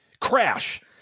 Crash